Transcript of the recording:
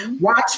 watch